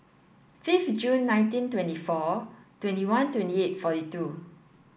fifth Jun nineteen twenty four twenty one twenty eight forty two